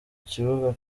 kibuga